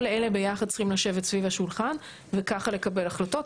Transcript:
כל אלה ביחד צריכים לשבת סביב השולחן וככה לקבל החלטות,